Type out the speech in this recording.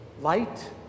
light